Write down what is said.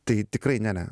tai tikrai ne ne